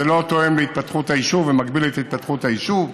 לא תואם את התפתחות היישוב ומגביל את התפתחות היישוב.